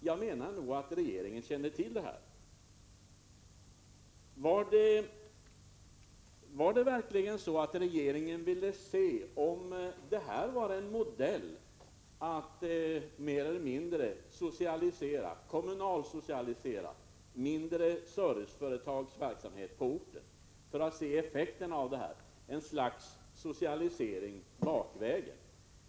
Jag anser att regeringen måste ha känt till detta. Var det verkligen så att regeringen ville se om detta var en modell att kommunalsocialisera mindre serviceföretag på orten, alltså ett slags socialisering bakvägen?